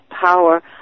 power